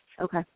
Okay